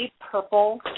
purple